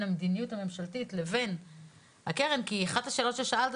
המדיניות הממשלתית לבין הקרן כי אחת השאלות ששאלת